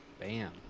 bam